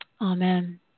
amen